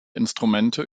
instrumente